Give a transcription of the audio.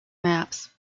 maps